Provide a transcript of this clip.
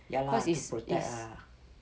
ya lah to protect lah